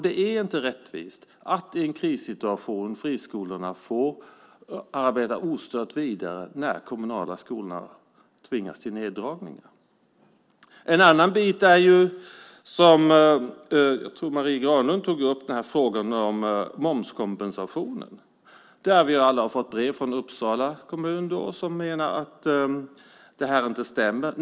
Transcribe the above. Det är inte rättvist att friskolorna i en krissituation ostört får arbeta vidare när de kommunala skolorna tvingas till neddragningar. Jag tror att det var Marie Granlund som tog upp frågan om momskompensationen. Vi har alla fått brev från Uppsala kommun som menar att detta inte stämmer.